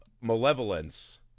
malevolence